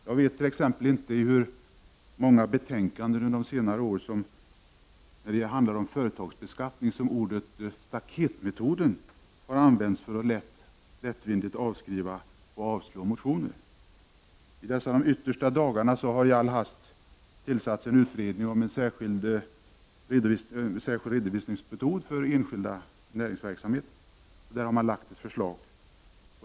Jag vet t.ex. inte i hur många betänkanden om företagsbeskattning under senare år som ordet staketmetoder har använts för att lättvindigt avskriva och avstyrka motioner. I de yttersta av dessa dagar har en i all hast tillsatt utredning om särskild redovisningsmetod för enskild näringsverksamhet lagt fram ett förslag.